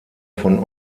von